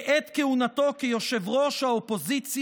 בעת כהונתו כראש האופוזיציה,